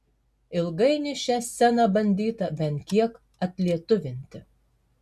ilgainiui šią sceną bandyta bent kiek atlietuvinti